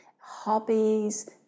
hobbies